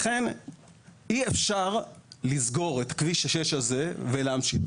לכן אי אפשר לסגור את כביש 6 ולהמשיך.